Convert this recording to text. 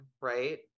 right